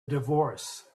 divorce